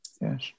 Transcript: yes